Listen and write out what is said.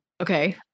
okay